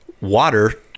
water